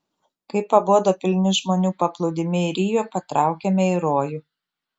kai pabodo pilni žmonių paplūdimiai rio patraukėme į rojų